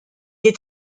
est